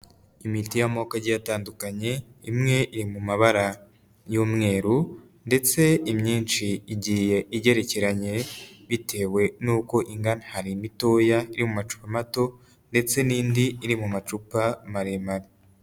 Imiti y'amoko agiye atandukanye, imwe iri mu mabara y'umweru ndetse imyinshi igiye igerekeranye bitewe n'uko ingana hari imitoya yo mu macupa mato ndetse n'indi iri mu macupa maremare.